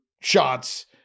shots